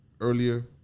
earlier